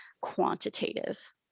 quantitative